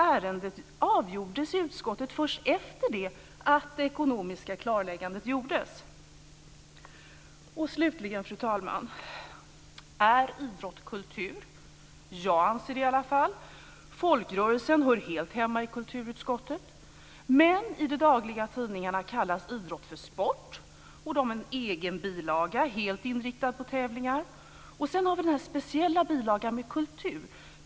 Ärendet avgjordes alltså i utskottet först efter det att det ekonomiska klarläggandet gjordes. Slutligen, fru talman, kan man fråga: Är idrott kultur? Jag anser det i alla fall. Folkrörelsen hör helt hemma i kulturutskottet, men i de dagliga tidningarna kallas idrott för sport. De har en egen bilaga helt inriktad på tävlingar. Sedan har vi den speciella bilagan med kultur.